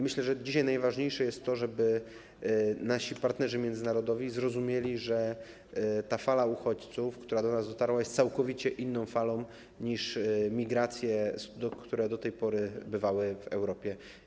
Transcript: Myślę, że dzisiaj najważniejsze jest to, żeby nasi partnerzy międzynarodowi zrozumieli, że fala uchodźców, która do nas dotarła, jest całkowicie inną falą niż fale migracji, które do tej pory pojawiały się w Europie.